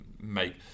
make